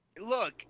Look